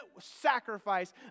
sacrifice